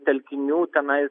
telkinių tenai